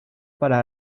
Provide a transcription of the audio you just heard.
para